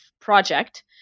project